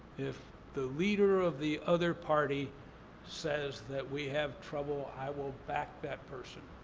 if the leader of the other party says that we have trouble, i will back that person